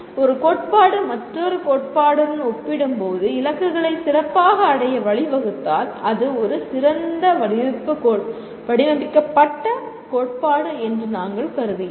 ஒரு கோட்பாடு மற்றொரு கோட்பாட்டுடன் ஒப்பிடும்போது இலக்குகளை சிறப்பாக அடைய வழிவகுத்தால் அது ஒரு சிறந்த வடிவமைக்கப்பட்ட கோட்பாடு என்று நாங்கள் கருதுகிறோம்